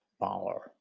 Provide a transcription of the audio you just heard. power